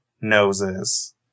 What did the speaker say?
noses